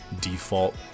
default